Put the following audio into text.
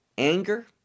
anger